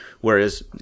whereas